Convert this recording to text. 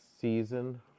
season